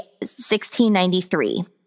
1693